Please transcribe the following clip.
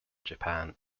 japan